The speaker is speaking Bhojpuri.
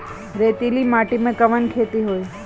रेतीली माटी में कवन खेती होई?